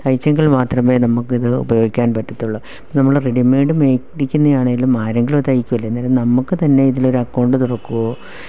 തയ്ച്ചെങ്കിൽ മാത്രമേ നമുക്ക് ഇത് ഉപയോഗിക്കാൻ പറ്റത്തുള്ളു നമ്മള് റെഡിമെയ്ഡ് മേടിക്കുന്ന ആണേലും ആരെങ്കിലും അത് തയ്ക്കൂല്ലേ അന്നേരം നമുക്ക് തന്നെ ഇതിലൊര് അക്കൗണ്ട് തുറക്കുകയോ